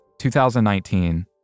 2019